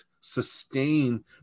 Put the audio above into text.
sustain